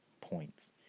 points